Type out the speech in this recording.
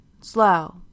slow